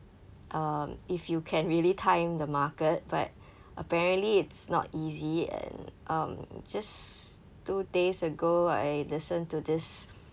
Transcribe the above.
um if you can really time the market but apparently it's not easy and um just two days ago I listened to this